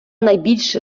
найбільш